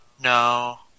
No